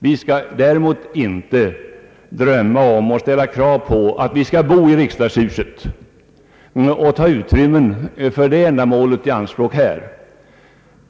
Vi skall däremot inte drömma om att ställa krav på att kunna bo i riksdagshuset och där ta utrymmen i anspråk för det ändamålet.